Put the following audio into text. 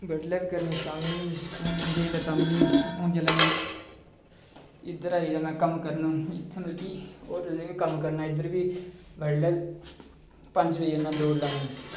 बड़ले बी करनी शामी बी स्कूल जंदे हे तां बी हून में इद्धर आई गेदा हा कम्म करने गी होटलें बी कम्म करने इद्धर बी बड़लै पंज बजे जन्नां दौड़ं लाने गी